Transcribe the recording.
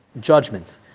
judgment